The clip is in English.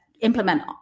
implement